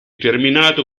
terminato